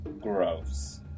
Gross